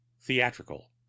theatrical